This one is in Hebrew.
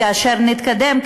כאשר נתקדם,